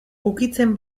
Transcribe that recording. ukitzen